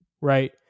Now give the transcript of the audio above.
right